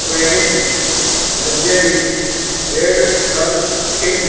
સ્કેવરીન એલજેરિસ બેરદર ખીમ